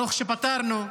ברוך שפטרנו,